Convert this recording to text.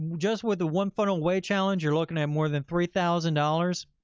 just with the one funnel away challenge, you're looking at more than three thousand dollars.